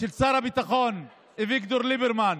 של שר הביטחון ליברמן